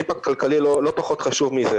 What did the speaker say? ואימפקט כלכלי לא פחות חשוב מזה.